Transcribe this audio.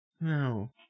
No